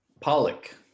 Pollock